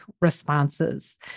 responses